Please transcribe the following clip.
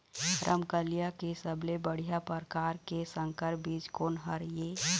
रमकलिया के सबले बढ़िया परकार के संकर बीज कोन हर ये?